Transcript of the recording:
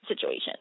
situation